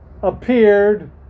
appeared